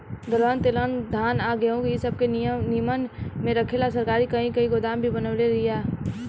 दलहन तेलहन धान आ गेहूँ इ सब के निमन से रखे ला सरकार कही कही गोदाम भी बनवले बिया